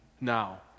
now